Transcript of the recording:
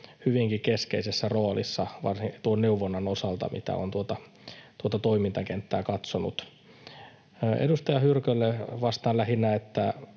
hyvinkin keskeisessä roolissa tuon neuvonnan osalta, mitä olen tuota toimintakenttää katsonut. Edustaja Hyrkölle vastaan lähinnä, että